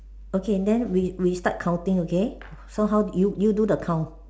okay then we we start counting okay so how you you do the count